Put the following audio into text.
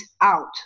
out